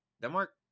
Denmark